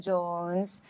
Jones